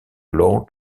lord